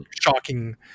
shocking